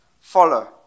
follow